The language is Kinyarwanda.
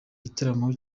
gitaramo